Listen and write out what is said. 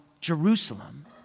Jerusalem